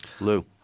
Lou